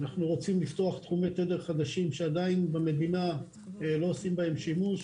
אנחנו רוצים לפתוח תחומי תדר חדשים שעדיין במדינה לא עושים בהם שימוש